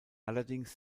allerdings